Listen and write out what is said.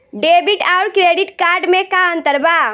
Debit आउर credit card मे का अंतर बा?